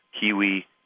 kiwi